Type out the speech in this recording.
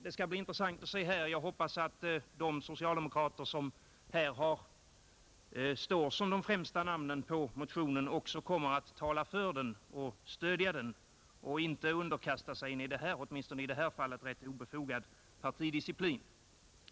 Det skall bli intressant att se här om de socialdemokrater som står som de främsta namnen under motionen också kommer att tala för den och stödja den och inte underkasta sig en åtminstone i det här fallet rätt obefogad partidisciplin.